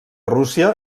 rússia